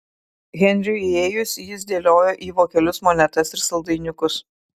henriui įėjus jis dėliojo į vokelius monetas ir saldainiukus